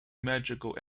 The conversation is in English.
magical